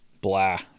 blah